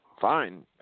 fine